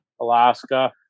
Alaska